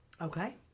Okay